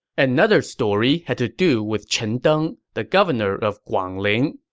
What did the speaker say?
another story had to do with chen deng, the governor of guangling.